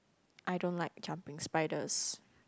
I don't like jumping spiders